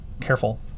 careful